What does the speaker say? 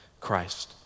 Christ